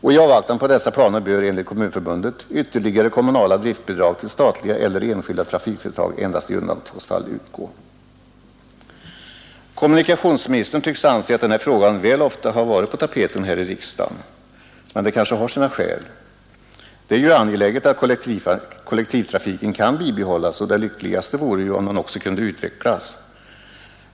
I avvaktan på dessa planer bör, enligt Kommunförbundet, ytterligare kommunala driftbidrag till statliga eller enskilda trafikföretag endast i undantagsfall utgå. Kommunikationsministern tycks anse att den här frågan väl ofta varit på tapeten här i riksdagen, men det har kanske sina skäl. Det är ju angeläget att kollektivtrafiken kan bibehållas, och det lyckligaste vore ju om den också kunde utvecklas.